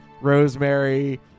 Rosemary